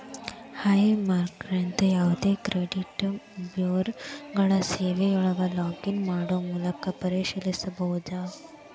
high ಮಾರ್ಕ್ನಂತ ಯಾವದೇ credit ಬ್ಯೂರೋಗಳ ಸೇವೆಯೊಳಗ ಲಾಗ್ ಇನ್ ಮಾಡೊ ಮೂಲಕ ಪರಿಶೇಲಿಸಬೋದ